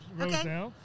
Okay